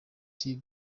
till